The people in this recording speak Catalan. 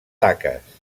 taques